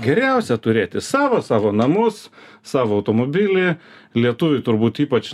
geriausia turėti savo savo namus savo automobilį lietuviui turbūt ypač